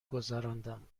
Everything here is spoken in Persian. گذراندم